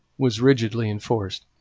was rigidly enforced.